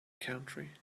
country